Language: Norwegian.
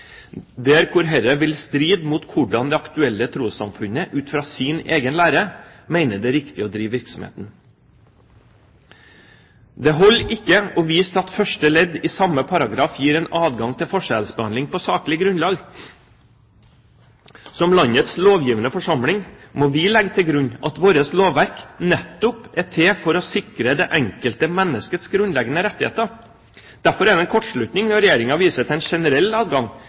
der dette vil stride mot hvordan det aktuelle trossamfunnet – ut fra sin egen lære – mener det er riktig å drive virksomheten. Det holder ikke å vise til at første ledd i samme paragraf gir en adgang til forskjellsbehandling på saklig grunnlag. Som landets lovgivende forsamling må vi legge til grunn at vårt lovverk nettopp er til for å sikre det enkelte menneskets grunnleggende rettigheter. Derfor er det en kortslutning når Regjeringen viser til en generell adgang